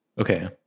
Okay